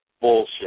bullshit